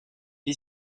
est